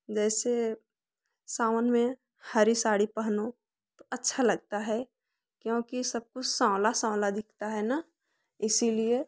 जैसे सावन में हरी साड़ी पहनों अच्छा लगता है क्योंकि सब कुछ सांवला सांवला दिखता है ना इसीलिए